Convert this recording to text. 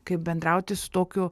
kaip bendrauti su tokiu